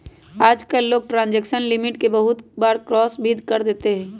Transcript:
आजकल लोग transaction limit के बहुत बार क्रास भी कर देते हई